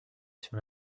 sur